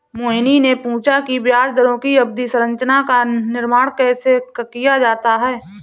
मोहिनी ने पूछा कि ब्याज दरों की अवधि संरचना का निर्माण कैसे किया जाता है?